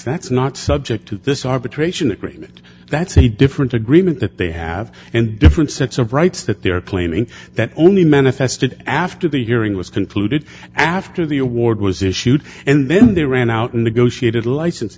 that's not subject to this arbitration agreement that's a different agreement that they have and different sets of rights that they are claiming that only manifested after the hearing was concluded after the award was issued and then they ran out a negotiated license